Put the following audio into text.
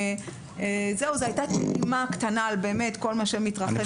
זהו, זו הייתה דוגמה קטנה מכל מה שמתרחש.